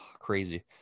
crazy